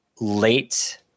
late